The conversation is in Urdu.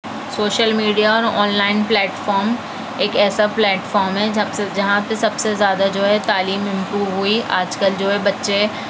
سوشل میڈیا اور آن لائن پلیٹ فارم ایک ایسا پلیٹ فارم ہے جب سے جہاں پہ سب سے زیادہ جو ہے تعلیم امپروو ہوئی آج کل جو ہے بچے